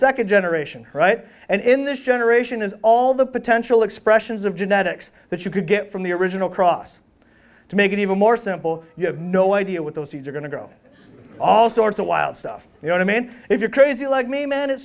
second generation right and in this generation is all the potential expressions of genetics that you could get from the original cross to make it even more simple you have no idea what those seeds are going to grow all sorts of wild stuff you know i mean if you're crazy like me man it's